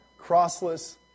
crossless